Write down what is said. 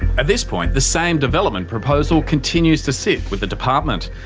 at this point the same development proposal continues to sit with the department.